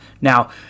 Now